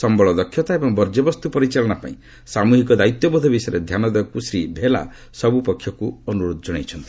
ସମ୍ଭଳ ଦକ୍ଷତା ଏବଂ ବର୍ଜ୍ୟବସ୍ତୁ ପରିଚାଳନା ପାଇଁ ସାମୁହିକ ଦାୟିତ୍ୱବୋଧ ବିଷୟରେ ଧ୍ୟାନ ଦେବାକୁ ଶ୍ରୀ ଭେଲା ସବୁ ପକ୍ଷକୁ ଅନୁରୋଧ ଜଣାଇଛନ୍ତି